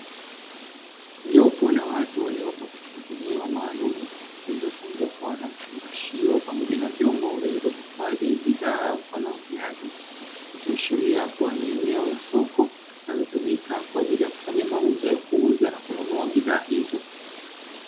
Jopo la watu waliopo katika eneo maalumu lililozungukwa na mafungashio pamoja na vyombo vilivyohifadhi bidhaa mfano wa viazi, ikiashiria kuwa ni eneo la soko linalotumika kwa ajili ya kufanyia mauzo ya kuuza na kununua bidhaa hizo.